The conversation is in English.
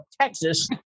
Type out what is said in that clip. Texas